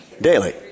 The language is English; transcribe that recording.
Daily